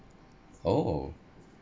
oh